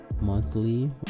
monthly